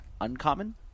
uncommon